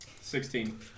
sixteen